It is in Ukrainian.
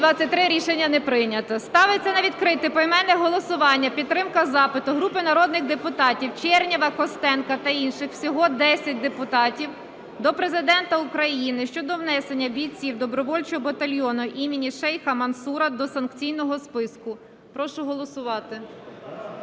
Рішення не прийнято. Ставиться на відкрите поіменне голосування підтримка запиту групи народних депутатів (Чернєва, Костенка та інших. Всього 10 депутатів) до Президента України щодо внесення бійців добровольчого батальйону імені Шейха Мансура до санкційного списку. Прошу голосувати.